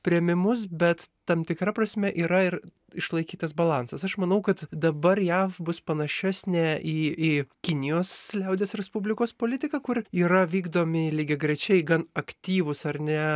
priėmimus bet tam tikra prasme yra ir išlaikytas balansas aš manau kad dabar jav bus panašesnė į į kinijos liaudies respublikos politiką kur yra vykdomi lygiagrečiai gan aktyvūs ar ne